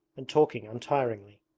and talking untiringly.